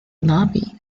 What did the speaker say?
lobby